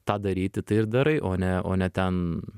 tą daryti tai ir darai o ne o ne ten